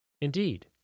Indeed